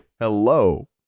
Hello